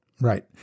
Right